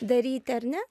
daryti ar ne